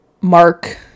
Mark